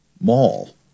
mall